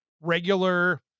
regular